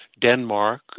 Denmark